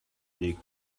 they